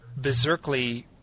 berserkly